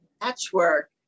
Patchwork